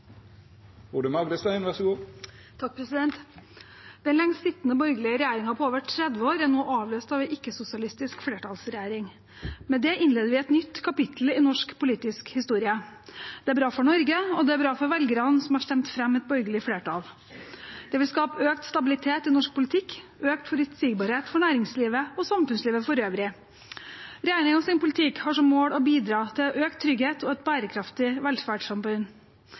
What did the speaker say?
Den lengstsittende borgerlige regjeringen på over 30 år er nå avløst av en ikke-sosialistisk flertallsregjering. Med det innleder vi et nytt kapittel i norsk politisk historie. Det er bra for Norge, og det er bra for velgerne, som har stemt fram et borgerlig flertall. Det vil skape økt stabilitet i norsk politikk og økt forutsigbarhet for næringslivet og samfunnslivet for øvrig. Regjeringens politikk har som mål å bidra til økt trygghet og